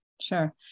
Sure